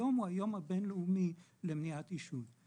היום הוא היום הבינלאומי למניעת עישון,